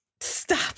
Stop